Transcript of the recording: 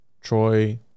Troy